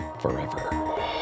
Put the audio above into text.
forever